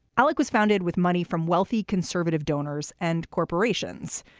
alec was founded with money from wealthy conservative donors and corporations.